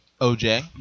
OJ